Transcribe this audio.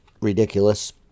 ridiculous